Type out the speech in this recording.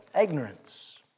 ignorance